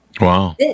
Wow